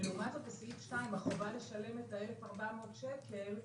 לעומת זאת, סעיף 2, החובה לשלם 1,400 שקלים,